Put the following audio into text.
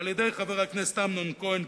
על-ידי חבר הכנסת אמנון כהן,